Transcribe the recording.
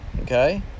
Okay